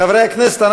חברי הכנסת,